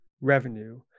revenue